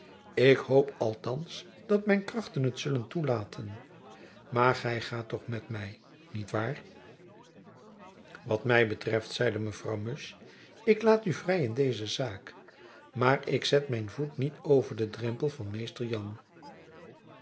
ik hoop althands dat mijn krachten het zullen toelaten maar gy gaat toch met my niet waar wat my betreft zeide mevrouw musch ik laat u vrij in deze zaak maar ik zet mijn voet niet over den drempel van mr jan